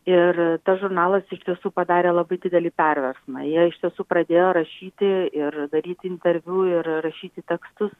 ir tas žurnalas iš tiesų padarė labai didelį perversmą jie iš tiesų pradėjo rašyti ir daryti interviu ir rašyti tekstus